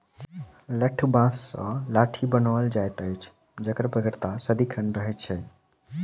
लठबाँस सॅ लाठी बनाओल जाइत अछि जकर बेगरता सदिखन रहैत छै